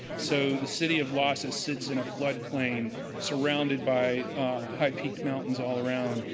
so, the city of lhasa sits in a floodplain surrounded by high peak mountains all around,